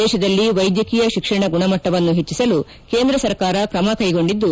ದೇಶದಲ್ಲಿ ವೈದ್ಯಕೀಯ ಶಿಕ್ಷಣ ಗುಣಮಟ್ಟವನ್ನು ಪೆಚ್ಚಿಸಲು ಕೇಂದ್ರ ಸರ್ಕಾರ ಕ್ರಮಕೈಗೊಂಡಿದ್ದು